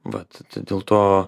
vat dėl to